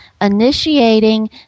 initiating